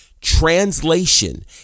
translation